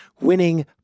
winning